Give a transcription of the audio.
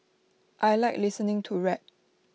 I Like listening to rap